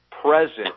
present